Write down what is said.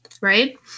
right